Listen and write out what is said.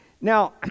Now